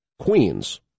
Queens